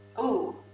ooh,